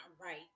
right